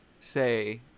say